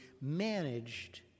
managed